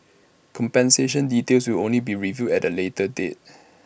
compensation details will only be revealed at A later date